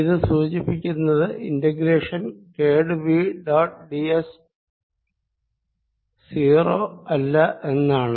ഇത് സൂചിപ്പിക്കുന്നത് integration grade V dot this 0 അല്ല എന്നാണ്